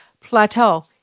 plateau